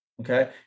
okay